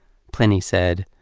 pliny said,